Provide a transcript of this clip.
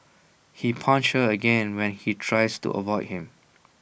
he punched her again when he tries to avoid him